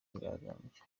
myigaragambyo